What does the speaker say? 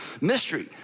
mystery